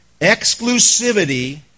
exclusivity